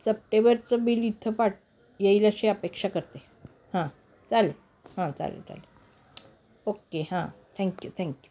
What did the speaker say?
सप्टेबरचं bill इथं पाट येईल अशी अपेक्षा करते हां चालेल हां चालेल चालेल ओके हां थँक्यू थँक्यू